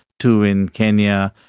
two in kenya,